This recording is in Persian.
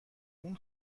اون